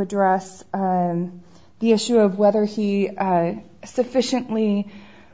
address the issue of whether he sufficiently